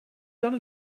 done